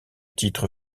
titre